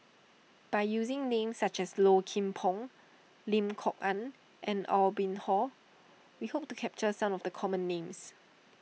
by using names such as Low Kim Pong Lim Kok Ann and Aw Boon Haw we hope to capture some of the common names